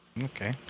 Okay